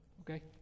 Okay